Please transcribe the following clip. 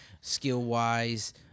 Skill-wise